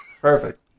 Perfect